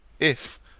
if,